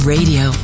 Radio